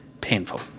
painful